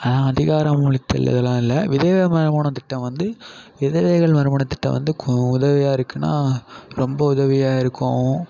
ஆனால் அதிகாரம் ஒழித்தல் இதலாம் இல்லை விதவை மறுமண திட்டம் வந்து விதவைகள் மறுமண திட்டம் வந்து உதவியாக இருக்குன்னால் ரொம்ப உதவியாக இருக்கும்